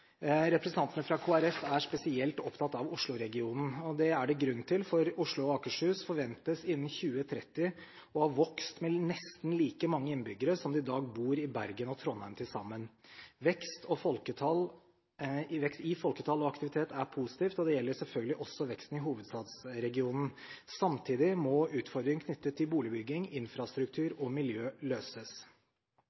Representantene fra Kristelig Folkeparti er spesielt opptatt av Oslo-regionen. Det er det grunn til, for Oslo og Akershus forventes innen 2030 å ha vokst med nesten like mange innbyggere som det i dag bor i Bergen og Trondheim til sammen. Vekst i folketall og aktivitet er positivt, og det gjelder selvfølgelig også veksten i hovedstadsregionen. Samtidig må utfordringer knyttet til boligbygging, infrastruktur